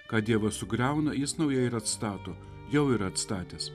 ką dievas sugriauna jis naujai ir atstato jau yra atstatęs